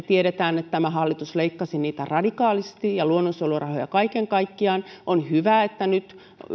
tiedämme että tämä hallitus leikkasi niitä radikaalisti ja luonnonsuojelurahoja kaiken kaikkiaan on hyvä että nyt on